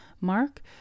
mark